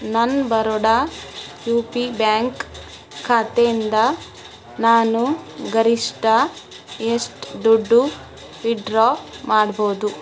ನನ್ನ Baroda U P bank ಖಾತೆಯಿಂದ ನಾನು ಗರಿಷ್ಠ ಎಷ್ಟು ದುಡ್ಡು ವಿಡ್ರಾ ಮಾಡ್ಬೌದು